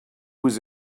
was